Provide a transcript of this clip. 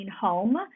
home